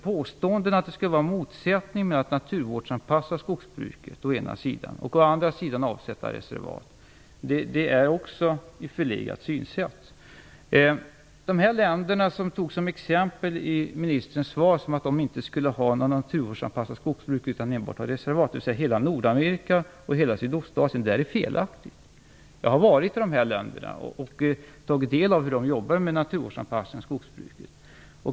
Påståenden om att det skulle vara motsättningar mellan att naturvårdsanpassa skogsbruket å ena sidan och att å andra sidan avsätta reservat visar på ett förlegat synsätt. Ministern hade i svaret som exempel på länder, som inte skulle ha naturvårdsanpassat skogsbruk utan enbart reservat, hela Nordamerika och hela Sydostasien. Det är felaktigt. Jag har varit i dessa länder och tagit del av hur man där jobbar med naturvårdsanpassning av skogsbruket.